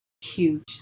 huge